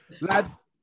Lads